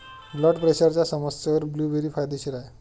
blood प्रेशरच्या समस्येवर blueberry फायदेशीर आहे